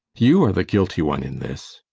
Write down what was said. you are the guilty one in this!